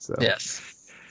yes